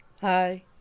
Hi